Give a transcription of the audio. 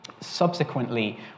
Subsequently